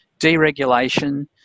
deregulation